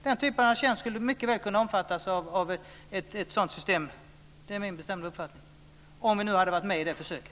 Den typen av tjänst skulle mycket väl kunnat omfattas av ett sådant system - det är min bestämda uppfattning - om vi nu hade varit med i försöket.